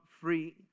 free